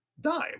dime